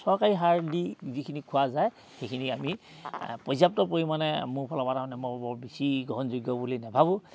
চৰকাৰী সাৰ দি যিখিনি খোৱা যায় সেইখিনি আমি পৰ্যাপ্ত পৰিমাণে মোৰ ফালৰ পৰা তাৰমানে মই বৰ বেছি গ্ৰহণযোগ্য বুলি নেভাবোঁ